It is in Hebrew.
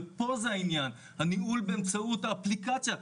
הניהול באמצעות אפליקציה,